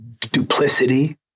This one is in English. duplicity